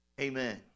Amen